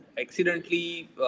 accidentally